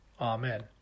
amen